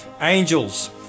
Angels